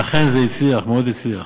ואכן זה הצליח, מאוד הצליח.